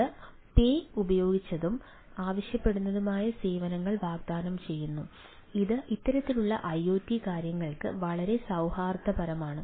ഇത് പേ ഉപയോഗിച്ചതും ആവശ്യപ്പെടുന്നതുമായ സേവനങ്ങൾ വാഗ്ദാനം ചെയ്യുന്നു ഇത് ഇത്തരത്തിലുള്ള ഐഒടി കാര്യങ്ങൾക്ക് വളരെ സൌഹാർദ്ദപരമാണ്